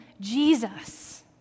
Jesus